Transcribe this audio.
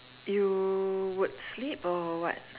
you would sleep or what